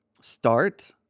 start